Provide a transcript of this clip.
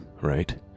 right